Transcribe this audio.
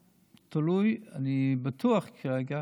תלוי, אני בטוח כרגע